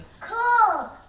Cool